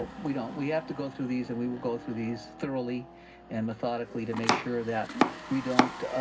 ah we don't. we have to go through these. and we will go through these thoroughly and methodically to make sure that we don't